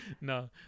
no